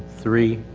three.